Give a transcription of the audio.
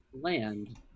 land